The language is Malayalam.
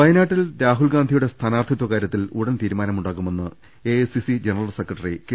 വയനാട്ടിൽ രാഹുൽഗാന്ധിയുടെ സ്ഥാനാർത്ഥിത്വ കാര്യത്തിൽ ഉടൻ തീരുമാനമുണ്ടാകുമെന്ന് എഐസിസി ജന്റൽ സെക്രട്ടറി കെ